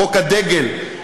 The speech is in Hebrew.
חוק הדגל,